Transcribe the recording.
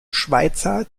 schweizer